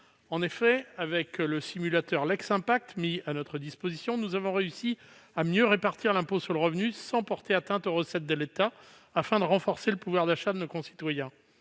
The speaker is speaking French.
En effet, avec le simulateur LexImpact, mis à notre disposition, nous avons réussi à mieux répartir l'impôt sur le revenu sans porter atteinte aux recettes de l'État, afin de renforcer le pouvoir d'achat de nos concitoyens.